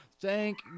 thank